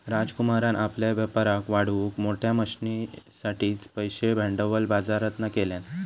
राजकुमारान आपल्या व्यापाराक वाढवूक मोठ्या मशनरींसाठिचे पैशे भांडवल बाजरातना घेतल्यान